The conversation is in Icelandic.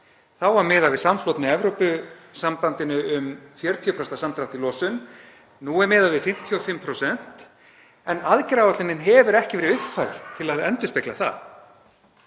við að vera í samfloti með Evrópusambandinu um 40% samdrátt í losun. Nú er miðað við 55% en aðgerðaáætlunin hefur ekki verið uppfærð til að endurspegla það.